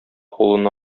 кулына